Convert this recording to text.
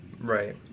Right